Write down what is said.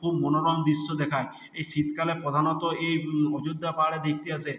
খুব মনোরম দৃশ্য দেখায় এই শীতকালে প্রধানত এই অযোধ্যা পাহাড়ে দেখতে আসে